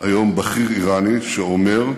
בכיר איראני שאומר: